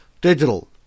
Digital